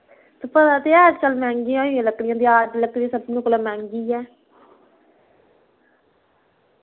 तुस पता ते ऐ अज्जकल मैहंगियां होइयां लकड़ियां देआर लकड़ी सबने कोला मैहंगी ऐ